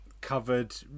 covered